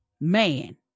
Man